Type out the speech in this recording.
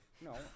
no